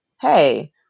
hey